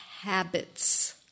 habits